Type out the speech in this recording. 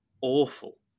awful